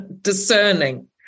discerning